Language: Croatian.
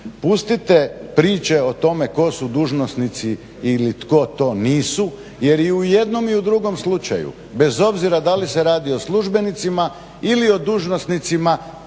Pustite priče o tome tko su dužnosnici ili tko to nisu jer i u jednom i u drugom slučaju bez obzira da li se radi o službenicima ili o dužnosnicima,